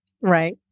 Right